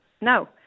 No